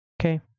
Okay